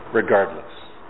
regardless